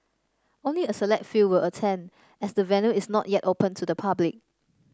only a select few will attend as the venue is not yet open to the public